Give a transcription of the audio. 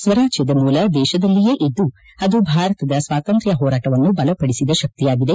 ಸ್ವರಾಜ್ಯದ ಮೂಲ ದೇಶದಲ್ಲಿಯೇ ಇದ್ದು ಅದು ಭಾರತದ ಸ್ವಾತ್ರಂತ್ಯ ಹೋರಾಟವನ್ನು ಬಲಪಡಿಸಿದ ಶಕ್ತಿಯಾಗಿದೆ